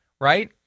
right